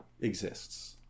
exists